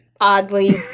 oddly